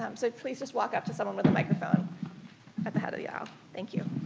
um so, please just walk up to someone with the microphone at the head of the aisle. thank you.